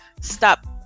stop